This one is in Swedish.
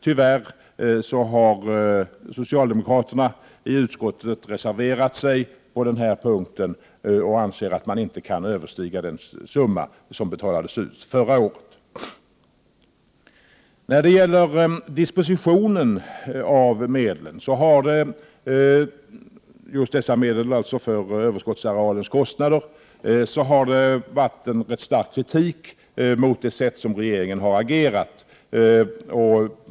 Tyvärr har utskottets socialdemokrater reserverat sig på den här punkten. De anser att anslaget inte kan överstiga den summa som betalades ut förra året. Det har funnits en stark kritik mot hur regeringen har agerat när det gäller dispositionen av dessa medel för överskottsarealens kostnader.